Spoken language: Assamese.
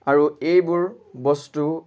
আৰু এইবোৰ বস্তু